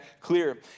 clear